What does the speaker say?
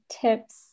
tips